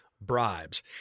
Bribes